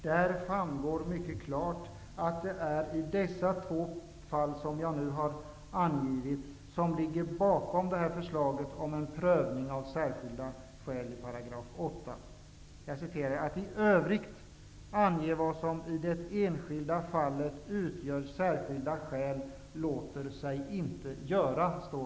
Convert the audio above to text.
Där framgår mycket klart att det är de två fall som jag har redovisat som ligger bakom förslaget till 8 § om en prövning av särskilda skäl. I propositionen framhålls att ''i övrigt ange vad som i det enskilda fallet utgör särskilt skäl låter sig inte göra''.